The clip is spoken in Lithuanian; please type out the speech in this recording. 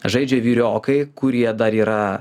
žaidžia vyriokai kurie dar yra